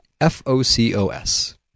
F-O-C-O-S